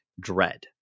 dread